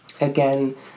again